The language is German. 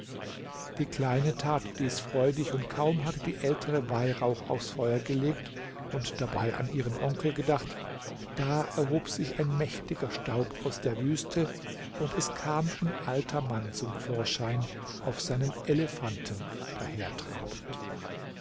die kleine tat dies freudig und kaum hatte die ältere weihrauch aufs feuer gelegt und dabei an ihren onkel gedacht da erhob sich ein mächtiger staub aus der wüste und es kam ein alter mann zum vorschein auf seinem elefanten